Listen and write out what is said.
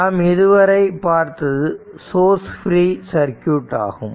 நாம் இதுவரை பார்த்தது சோர்ஸ் ஃப்ரீ சர்க்யூட் ஆகும்